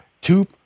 two